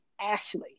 Ashley